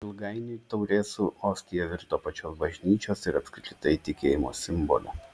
ilgainiui taurė su ostija virto pačios bažnyčios ir apskritai tikėjimo simboliu